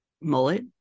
mullet